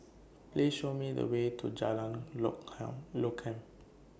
Please Show Me The Way to Jalan Lokam